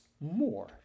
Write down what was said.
more